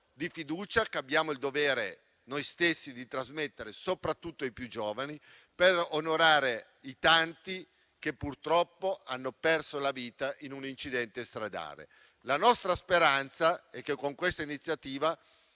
di fiducia che abbiamo il dovere noi stessi di trasmettere, soprattutto ai più giovani, per onorare i tanti che purtroppo hanno perso la vita in un incidente stradale. La nostra speranza è che con questa iniziativa